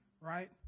right